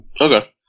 Okay